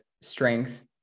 strength